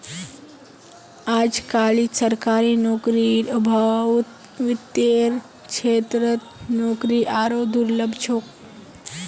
अजकालित सरकारी नौकरीर अभाउत वित्तेर क्षेत्रत नौकरी आरोह दुर्लभ छोक